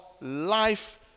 life